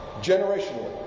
generationally